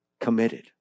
committed